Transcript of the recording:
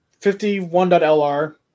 51.lr